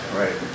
right